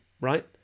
right